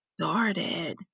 started